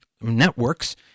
networks